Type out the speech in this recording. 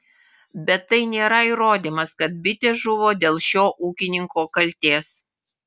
bet tai nėra įrodymas kad bitės žuvo dėl šio ūkininko kaltės